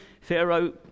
Pharaoh